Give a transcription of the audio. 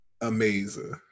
Amazing